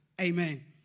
amen